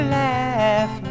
laugh